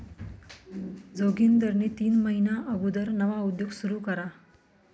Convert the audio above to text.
जोगिंदरनी तीन महिना अगुदर नवा उद्योग सुरू करा